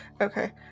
okay